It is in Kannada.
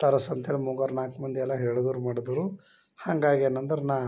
ತರ್ಸು ಅಂತ ಹೇಳಿ ಮೂರು ನಾಲ್ಕು ಮಂದಿ ಎಲ್ಲ ಹೇಳಿದ್ರು ಮಾಡಿದ್ರು ಹಂಗಾಗಿ ಏನಂದ್ರೆ ನಾ